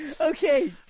Okay